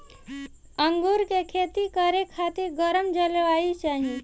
अंगूर के खेती करे खातिर गरम जलवायु चाही